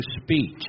speech